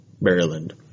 Maryland